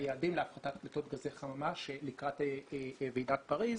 היעדים להפחתת פליטות גזי חממה לקראת ועידת פריז,